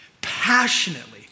passionately